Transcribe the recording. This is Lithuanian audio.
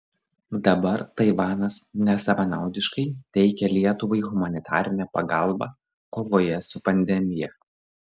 dabar taivanas nesavanaudiškai teikia lietuvai humanitarinę pagalbą kovoje su pandemija